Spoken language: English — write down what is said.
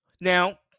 Now